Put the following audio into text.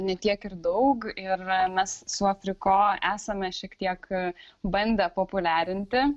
ne tiek ir daug ir mes su afriko esame šiek tiek bandę populiarinti